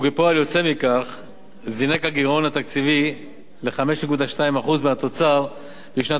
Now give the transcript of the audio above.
וכפועל יוצא מכך זינק הגירעון התקציבי ל-5.2% מהתוצר בשנת